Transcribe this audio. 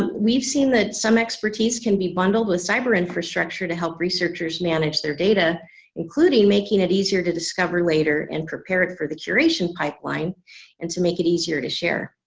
we've seen that some expertise can be bundled with cyber infrastructure to help researchers manage their data including making it easier to discover later and prepare it for the curation pipeline and to make it easier to share.